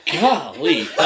Golly